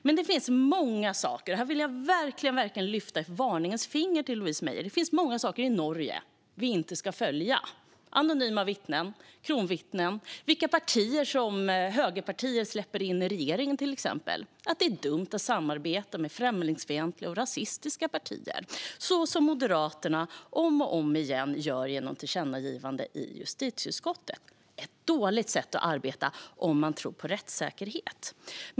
Men här finns många saker i Norge, och här vill jag verkligen lyfta ett varningens finger till Louise Meijer: Vi ska inte följa efter. Det gäller anonyma vittnen, kronvittnen, vilka högerpartier som släpps in i regeringen, att det är dumt att samarbeta med främlingsfientliga och rasistiska partier, så som Moderaterna om och om igen gör i tillkännagivanden i justitieutskottet. Det är ett dåligt sätt att arbeta på om man tror på rättssäkerhet.